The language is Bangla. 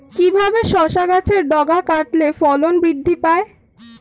কিভাবে শসা গাছের ডগা কাটলে ফলন বৃদ্ধি পায়?